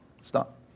Stop